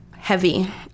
heavy